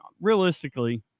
realistically